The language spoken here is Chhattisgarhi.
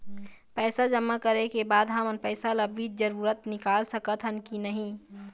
पैसा जमा करे के बाद हमन पैसा ला बीच जरूरत मे निकाल सकत हन की नहीं?